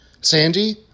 Sandy